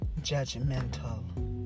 judgmental